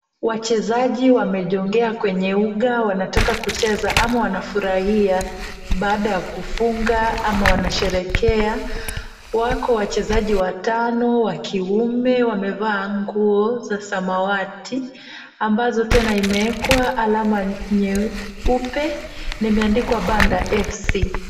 Wachezaji wamejongea kwenye uga wanataka kucheza ama wanafurahia baada ya kufunga ama wanasherehekea, wako wachezaji watano wa kiume wamevaa nguo za samawati ambazo tena imeekwa alama nyeupe, na imeandikwa Banda FC.